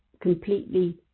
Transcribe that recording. completely